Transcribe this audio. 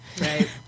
Right